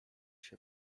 się